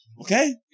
Okay